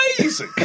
Amazing